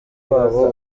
babo